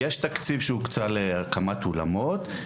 יש תקציב שהוקצה להקמת אולמות.